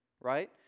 right